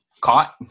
caught